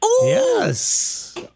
Yes